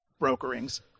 brokerings